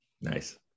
Nice